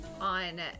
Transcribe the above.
on